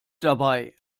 dabei